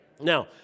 now